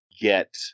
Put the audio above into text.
get